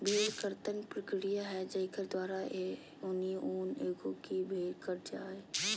भेड़ कर्तन प्रक्रिया है जेकर द्वारा है ऊनी ऊन एगो की भेड़ कट जा हइ